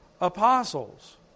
apostles